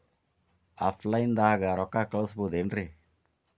Offline ದಾಗ ರೊಕ್ಕ ಕಳಸಬಹುದೇನ್ರಿ?